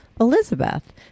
Elizabeth